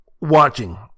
watching